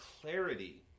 clarity